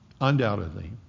undoubtedly